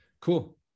cool